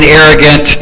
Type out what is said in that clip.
arrogant